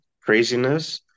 craziness